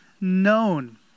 known